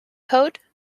code